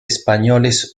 españoles